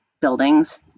buildings